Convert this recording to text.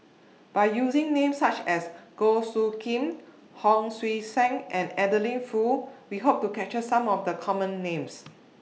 By using Names such as Goh Soo Khim Hon Sui Sen and Adeline Foo We Hope to capture Some of The Common Names